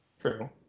True